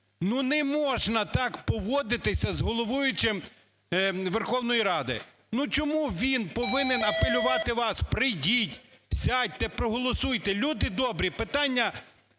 Ну не можна так поводитися з головуючим Верховної Ради. Ну чому він повинен апелювати вас: прийдіть, сядьте, проголосуйте? Люди добрі, питання